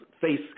face